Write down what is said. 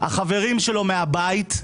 החברים שלו מהבית,